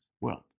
world